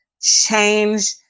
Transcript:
change